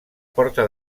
porta